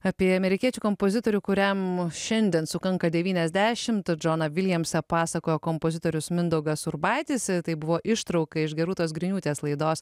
apie amerikiečių kompozitorių kuriam šiandien sukanka devyniasdešimt džoną viljamsą pasakojo kompozitorius mindaugas urbaitis tai buvo ištrauka iš gerūtos griniūtės laidos